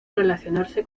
relacionarse